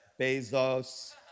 Bezos